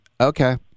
okay